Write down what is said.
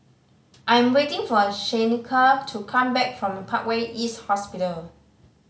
I am waiting for Shaneka to come back from Parkway East Hospital